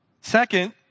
Second